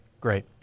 Great